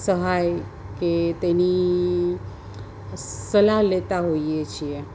સહાય કે તેની સલાહ લેતા હોઈએ છીએ